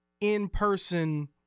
in-person